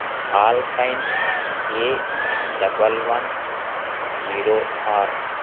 alpine A double one zero are